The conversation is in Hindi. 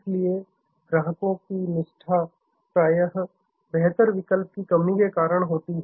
इसलिए ग्राहकों की निष्ठा प्राय बेहतर विकल्प की कमी के कारण होती है